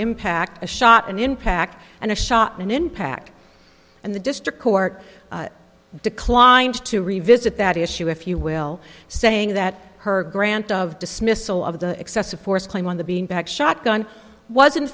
impact a shot an impact and a shot an impact and the district court declined to revisit that issue if you will saying that her grant of dismissal of the excessive force claim on the being back shotgun was in